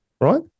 Right